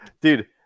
Dude